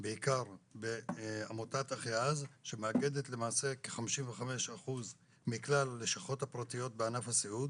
בעיקר בעמותת אחיעוז שמאגדת למעשה כ-55% מכלל הלשכות הפרטיות בענף הסיעוד